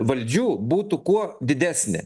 valdžių būtų kuo didesnė